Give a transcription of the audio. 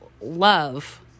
love